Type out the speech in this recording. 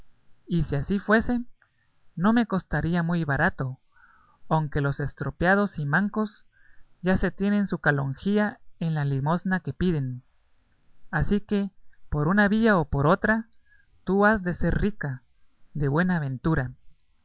y si así fuese no me costaría muy barato aunque los estropeados y mancos ya se tienen su calonjía en la limosna que piden así que por una vía o por otra tú has de ser rica de